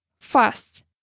fast